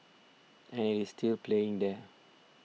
and it is still playing there